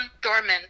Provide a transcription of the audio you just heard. dormant